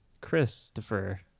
Christopher